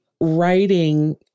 writing